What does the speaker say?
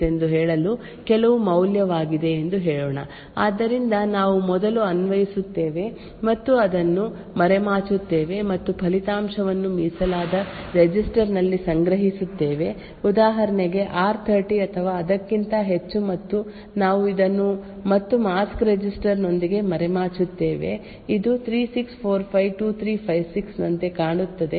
R ನೊಟ್ ಇಲ್ಲದಿರುವ target address 0xb3452356 ಎಂದು ಹೇಳಲು ಕೆಲವು ಮೌಲ್ಯವಾಗಿದೆ ಎಂದು ಹೇಳೋಣ ಆದ್ದರಿಂದ ನಾವು ಮೊದಲು ಅನ್ವಯಿಸುತ್ತೇವೆ ಮತ್ತು ಅದನ್ನು ಮರೆಮಾಚುತ್ತೇವೆ ಮತ್ತು ಫಲಿತಾಂಶವನ್ನು ಮೀಸಲಾದ ರಿಜಿಸ್ಟರ್ನಲ್ಲಿ ಸಂಗ್ರಹಿಸುತ್ತೇವೆ ಉದಾಹರಣೆಗೆ r 30 ಅಥವಾ ಅದಕ್ಕಿಂತ ಹೆಚ್ಚು ಮತ್ತು ನಾವು ಇದನ್ನು ಮತ್ತು ಮಾಸ್ಕ್ ರಿಜಿಸ್ಟರ್ನೊಂದಿಗೆ ಮರೆಮಾಚುತ್ತೇವೆ ಇದು 36452356 ನಂತೆ ಕಾಣುತ್ತದೆ ಮತ್ತು ನಾವು ಇದನ್ನು 0x0000FFFF ನೊಂದಿಗೆ ಕೊನೆಗೊಳಿಸುತ್ತೇವೆ ಆದ್ದರಿಂದ ಇದು ನಿಮಗೆ 0x00002356 ನಂತಹದನ್ನು ನೀಡುತ್ತದೆ